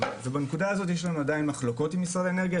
ובנקודה הזאת יש לנו עדיין מחלוקות עם משרד האנרגיה,